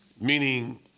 Meaning